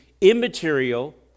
immaterial